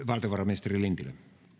valtiovarainministeri lintilä